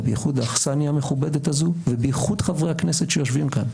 ובייחוד האכסניה המכובדת הזו ובייחוד חברי הכנסת שיושבים כאן,